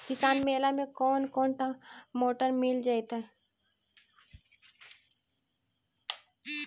किसान मेला में कोन कोन मोटर मिल जैतै?